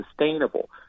sustainable